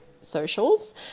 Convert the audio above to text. socials